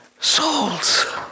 souls